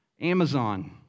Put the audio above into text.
Amazon